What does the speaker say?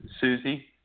Susie